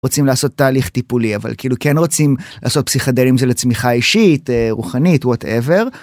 רוצים לעשות תהליך טיפולי אבל כאילו כן רוצים לעשות פסיכדלים זה לצמיחה אישית רוחנית whatever.